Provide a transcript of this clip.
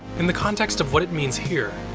in the context of what it means here,